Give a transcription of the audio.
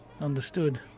Understood